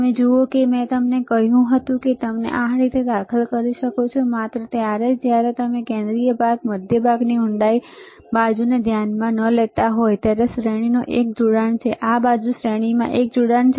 તમે જુઓ કે મેં તમને કહ્યું છે કે તમે તેને આ રીતે દાખલ કરી શકો છો માત્ર ત્યારે જ જ્યારે તમે કેન્દ્રીય ભાગ મધ્ય ભાગની ઊંડાઈ બાજુને ધ્યાનમાં ન લેતા હોવ ત્યારે શ્રેણીમાં એક જોડાણ છે આ બાજુ શ્રેણીમાં એક જોડાણ છે